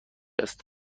است